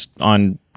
on